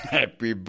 Happy